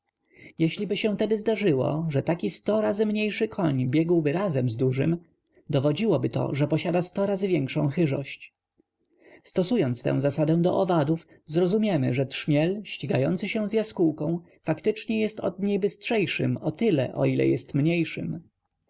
łokieć jeśliby się tedy zdarzyło że taki sto razy mniejszy koń biegłby razem z dużym dowodziłoby to że posiada sto razy większą hyżość stosując tę zasadę do owadów zrozumiemy że trzmiel ścigający się z jaskółką faktycznie jest od niej bystrzejszym o tyle o ile mniejszym